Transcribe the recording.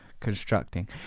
constructing